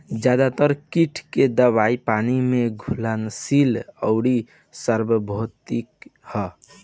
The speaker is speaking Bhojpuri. ज्यादातर कीट के दवाई पानी में घुलनशील आउर सार्वभौमिक ह?